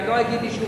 לא אגיד יישוב,